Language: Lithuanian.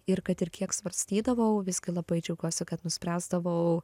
ir kad ir kiek svarstydavau visgi labai džiaugiuosi kad nuspręsdavau